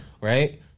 Right